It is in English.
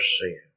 sin